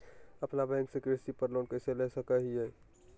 अपना बैंक से कृषि पर लोन कैसे ले सकअ हियई?